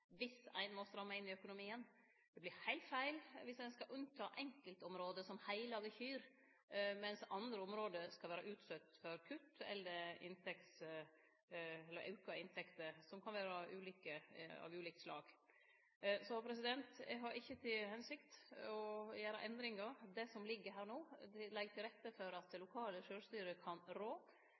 heilt feil om ein skal halde utanfor einskildområde som om dei var heilage kyr, medan andre område skal vere utsette for kutt eller auka inntekter av ulike slag. Eg har ikkje til hensikt å gjere endringar. Det som ligg her no, legg til rette for at det lokale sjølvstyret kan rå,